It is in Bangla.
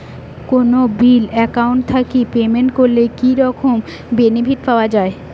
কোনো বিল একাউন্ট থাকি পেমেন্ট করলে কি রকম বেনিফিট পাওয়া য়ায়?